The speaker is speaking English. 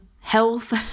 health